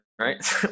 right